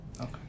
okay